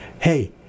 Hey